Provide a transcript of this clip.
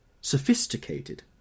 Sophisticated